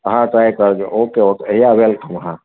હા ટ્રાય કરજો okay okay yeah welcome હા